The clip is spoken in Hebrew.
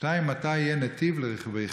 2. מתי יהיה נתיב לרכבי חירום?